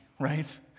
right